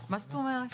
מה זאת אומרת?